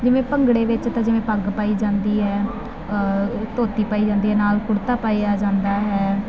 ਜਿਵੇਂ ਭੰਗੜੇ ਵਿੱਚ ਤਾਂ ਜਿਵੇਂ ਪੱਗ ਪਾਈ ਜਾਂਦੀ ਹੈ ਧੋਤੀ ਪਾਈ ਜਾਂਦੀ ਹੈ ਨਾਲ ਕੁੜਤਾ ਪਾਇਆ ਜਾਂਦਾ ਹੈ